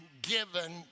given